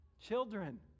children